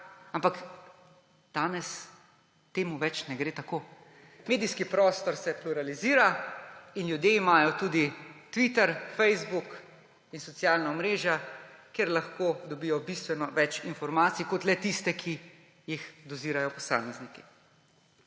Ampak danes to ne gre več tako. Medijski prostor se pluralizira, ljudje imajo tudi Twitter, Facebook in socialna omrežja, kjer lahko dobijo bistveno več informacij, kot le tiste, ki jih dozirajo posamezniki.